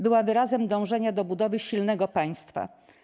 Była wyrazem dążenia do budowy silnego państwa.